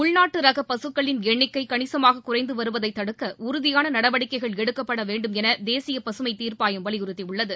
உள்நாட்டுரக பசுக்களின் எண்ணிக்கை கணிசமாக குறைந்து வருவதை தடுக்க உறதியான நடவடிக்கைகள் எடுக்கப்பட வேண்டும் என தேசிய பசுமை தீர்ப்பாயம் வலியுறுத்தியுள்ளது